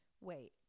wait